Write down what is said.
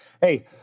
Hey